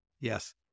Yes